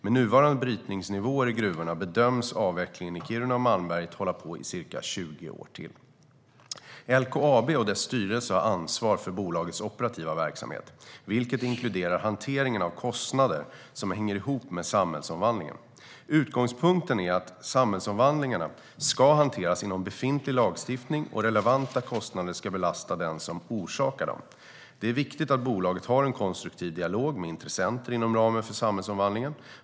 Med nuvarande brytningsnivåer i gruvorna bedöms avvecklingen i Kiruna och Malmberget hålla på i ca 20 år till. LKAB och dess styrelse har ansvar för bolagets operativa verksamhet, vilket inkluderar hantering av kostnader som hänger ihop med samhällsomvandlingen. Utgångspunkten är att samhällsomvandlingarna ska hanteras inom befintlig lagstiftning och att relevanta kostnader ska belasta den som orsakar dem. Det är viktigt att bolaget har en konstruktiv dialog med intressenter inom ramen för samhällsomvandlingen.